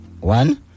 One